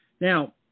Now